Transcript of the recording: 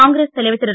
காங்கிரஸ்தலைவர்திரு